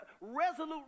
resolute